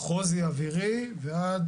חוזי אווירי ועד